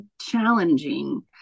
challenging